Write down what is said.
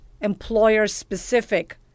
employer-specific